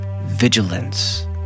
vigilance